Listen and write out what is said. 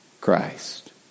Christ